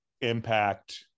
impact